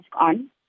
on